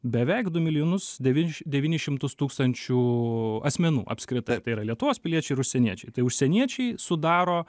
beveik du milijonus devynš devynis šimtus tūkstančių asmenų apskritai tai yra lietuvos piliečiai ir užsieniečiai tai užsieniečiai sudaro